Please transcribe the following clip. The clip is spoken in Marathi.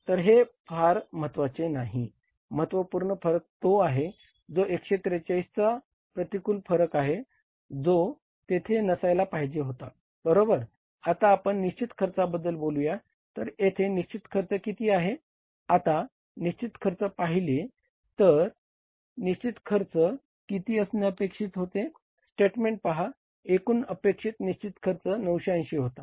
तर येथे ते 980 अपेक्षित होते आणि या स्तरावर देखील ते किती अपेक्षित होते